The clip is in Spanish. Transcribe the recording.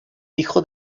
hijo